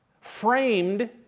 framed